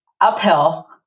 uphill